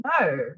No